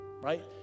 right